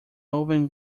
oven